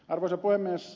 arvoisa puhemies